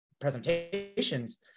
presentations